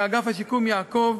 ואגף השיקום יעקוב